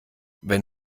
wenn